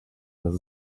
dass